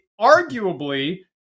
arguably